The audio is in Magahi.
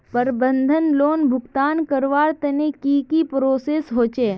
प्रबंधन लोन भुगतान करवार तने की की प्रोसेस होचे?